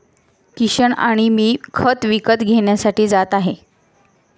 किशन आणि मी खत विकत घेण्यासाठी जात आहे